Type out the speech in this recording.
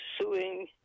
suing